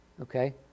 Okay